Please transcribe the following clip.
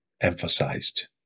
emphasized